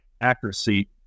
accuracy